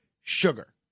sugar